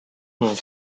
ont